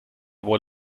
wohl